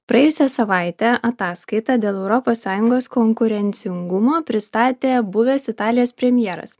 praėjusią savaitę ataskaitą dėl europos sąjungos konkurencingumo pristatė buvęs italijos premjeras